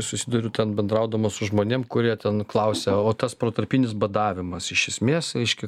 susiduriu ten bendraudamas su žmonėm kurie ten klausia o tas protarpinis badavimas iš esmės reiškia